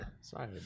Sorry